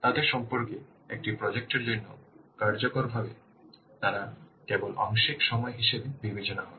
তাদের সম্পর্কে একটি প্রজেক্ট এর জন্য কার্যকরভাবে তারা কেবল আংশিক সময় হিসাবে বিবেচিত হবে